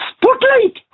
Spotlight